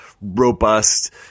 robust